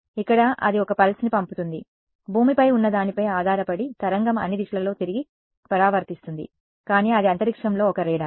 ఇక్కడ అది ఒక పల్స్ను పంపుతుంది భూమిపై ఉన్నదానిపై ఆధారపడి తరంగం అన్ని దిశలలో తిరిగి పరావర్తిస్తుంది కానీ అది అంతరిక్షంలో ఒక రాడార్